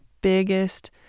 biggest